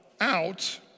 out